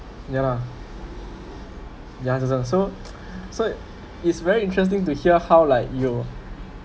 ya lah the answer so so it's very interesting to hear how like you